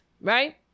right